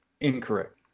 incorrect